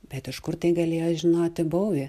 bet iš kur tai galėjo žinoti bouvi